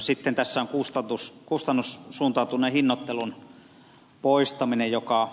sitten tässä on kustannussuuntautuneen hinnoittelun poistaminen joka